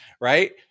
right